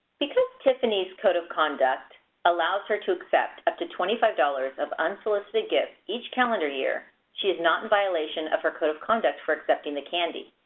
because tiffany's code of conduct allows her to accept up to twenty five dollars of unsolicited gifts each calendar year, she is not in violation of her code of conduct for accepting the candy.